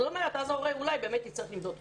אז אולי ההורה באמת יצטרך למדוד חום.